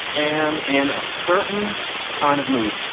am in a certain kind of mood.